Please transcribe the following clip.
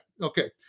Okay